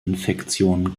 infektionen